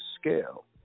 scale